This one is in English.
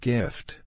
Gift